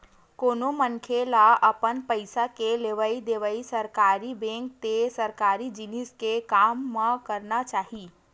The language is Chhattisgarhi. कोनो मनखे ल अपन पइसा के लेवइ देवइ सरकारी बेंक ते सरकारी जिनिस के काम म करना चाही